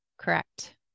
Correct